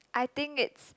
I think it's